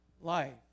life